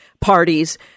parties